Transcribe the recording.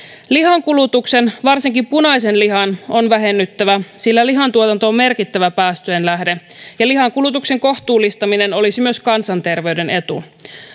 lihan kulutuksen varsinkin punaisen lihan on vähennyttävä sillä lihantuotanto on merkittävä päästöjen lähde lihan kulutuksen kohtuullistaminen olisi myös kansanterveyden etu